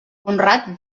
conrad